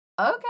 okay